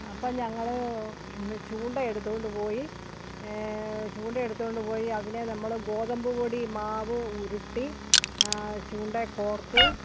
അപ്പോൾ ഞങ്ങള് ചൂണ്ട എടുത്തുകൊണ്ട് പോയി ചൂണ്ട എടുത്തുകൊണ്ട് പോയി അതിനെ നമ്മള് ഗോതമ്പുപൊടി മാവ് ഉരുട്ടി ചൂണ്ടയിൽ കോർത്തു